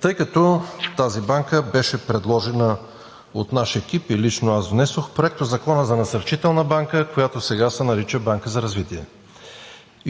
тъй като тази банка беше предложена от наш екип и лично аз внесох Проектозакона за Насърчителна банка, която сега се нарича Банка за развитие.